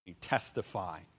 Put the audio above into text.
testify